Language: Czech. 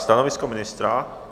Stanovisko ministra?